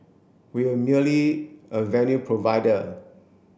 we were merely a venue provider